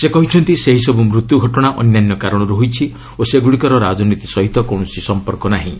ସେ କହିଛନ୍ତି ସେହିସବୁ ମୃତ୍ୟୁ ଘଟଣା ଅନ୍ୟାନ୍ୟ କାରଣରୁ ହୋଇଛି ଓ ସେଗୁଡ଼ିକର ରାଜନୀତି ସହିତ କୌଣସି ସମ୍ପର୍କ ନାହିଁ